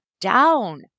down